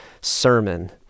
sermon